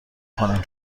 کنم